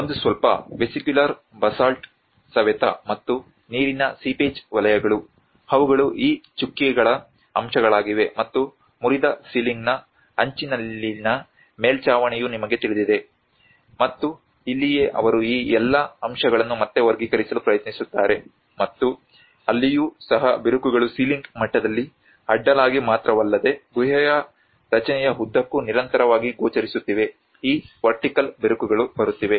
ಒಂದು ಸ್ವಲ್ಪ vesicular basalt ಸವೇತ ಮತ್ತು ನೀರಿನ ಸೀಪೇಜ್ ವಲಯಗಳು ಅವುಗಳು ಈ ಚುಕ್ಕೆಗಳ ಅಂಶಗಳಾಗಿವೆ ಮತ್ತು ಮುರಿದ ಸೀಲಿಂಗ್ನ ಅಂಚಿನಲ್ಲಿನ ಮೇಲ್ಚಾವಣಿಯು ನಿಮಗೆ ತಿಳಿದಿದೆ ಮತ್ತು ಇಲ್ಲಿಯೇ ಅವರು ಈ ಎಲ್ಲ ಅಂಶಗಳನ್ನು ಮತ್ತೆ ವರ್ಗೀಕರಿಸಲು ಪ್ರಯತ್ನಿಸುತ್ತಾರೆ ಮತ್ತು ಅಲ್ಲಿಯೂ ಸಹ ಬಿರುಕುಗಳು ಸೀಲಿಂಗ್ ಮಟ್ಟದಲ್ಲಿ ಅಡ್ಡಲಾಗಿ ಮಾತ್ರವಲ್ಲದೆ ಗುಹೆಯ ರಚನೆಯ ಉದ್ದಕ್ಕೂ ನಿರಂತರವಾಗಿ ಗೋಚರಿಸುತ್ತಿವೆ ಈ ವರ್ಟಿಕಲ್ ಬಿರುಕುಗಳು ಬರುತ್ತಿವೆ